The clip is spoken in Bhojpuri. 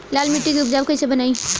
लाल मिट्टी के उपजाऊ कैसे बनाई?